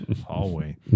hallway